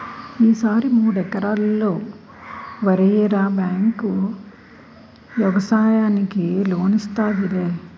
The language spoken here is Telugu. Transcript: ఈ సారి మూడెకరల్లో వరెయ్యరా బేంకు యెగసాయానికి లోనిత్తాదిలే